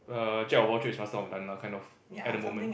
err jack of all trades master of none lah kind of at the moment